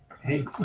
Hey